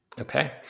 Okay